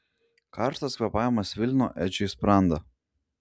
karštas kvėpavimas svilino edžiui sprandą